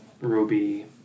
Ruby